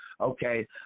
Okay